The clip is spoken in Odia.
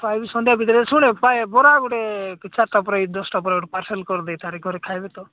ପାଇବୁ ସନ୍ଧ୍ୟା ଭିତରେ ଶୁଣେ ପାଇ ବରା ଗୋଟେ ଚାରିଟା ପ୍ଳେଟ୍ ଦଶଟା ପ୍ଳେଟ୍ ପାର୍ସଲ୍ କରିଦେଇଥା ଘରେ ଖାଇବେ ତ